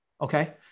Okay